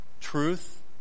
truth